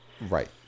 Right